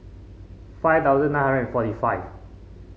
five thousand nine hundred forty five